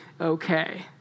okay